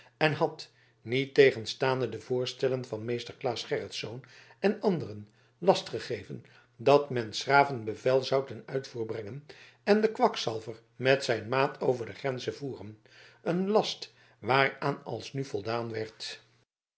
en had niettegenstaande de voorstellen van meester claes gerritsz en anderen last gegeven dat men s graven bevel zou ten uitvoer brengen en den kwakzalver met zijn maat over de grenzen voeren een last waaraan alsnu voldaan werd